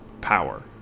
power